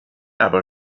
aber